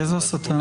איזו הסתה?